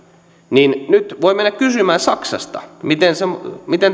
niin nyt voi mennä kysymään saksasta miten